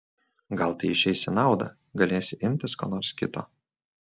gal tai išeis į naudą galėsi imtis ko nors kito